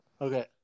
Okay